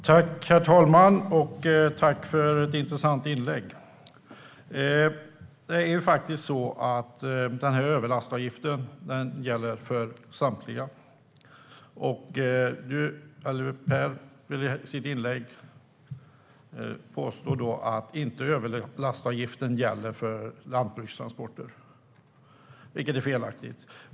Herr talman! Tack för ett intressant inlägg! Det är faktiskt så att överlastavgiften gäller för samtliga. Per Klarberg påstår i sitt inlägg att överlastavgiften inte gäller för lantbrukstransporter, vilket är felaktigt.